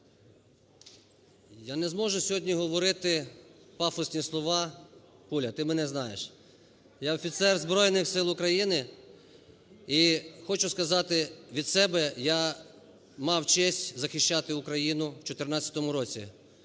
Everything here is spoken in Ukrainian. Я не зможу сьогодні говорити пафосні слова, "Пуля", ти мене знаєш. Я офіцер Збройних Сил України і хочу сказати від себе: я мав честь захищати Україну в 2014 році.